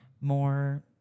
more